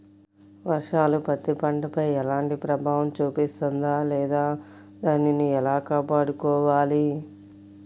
వర్షాలు పత్తి పంటపై ఎలాంటి ప్రభావం చూపిస్తుంద లేదా దానిని ఎలా కాపాడుకోవాలి?